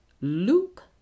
Luke